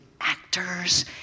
actors